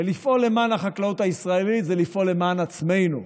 ולפעול למען החקלאות הישראלית זה לפעול למען עצמנו.